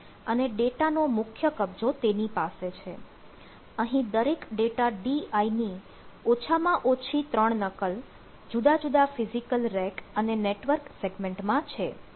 અહીં દરેક data Di ની ઓછામાં ઓછી ત્રણ નકલ જુદા જુદા ફિઝિકલ રેક અને નેટવર્ક સેગમેન્ટમાં છે